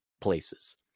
places